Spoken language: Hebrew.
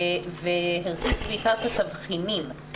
והרחיב בעיקר את התבחינים.